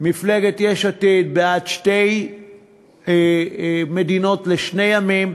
מפלגת יש עתיד בעד שתי מדינות לשני עמים,